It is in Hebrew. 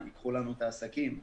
יקחו לנו את העסקים,